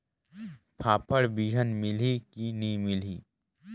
फाफण बिहान मिलही की नी मिलही?